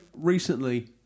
recently